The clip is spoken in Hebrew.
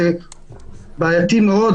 זה בעייתי מאוד,